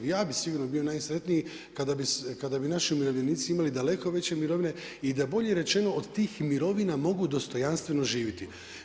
Ja bih sigurno bio najsretniji kada bi naši umirovljenici imali daleko veće mirovine i da bolje rečeno od tih mirovina mogu dostojanstveno živiti.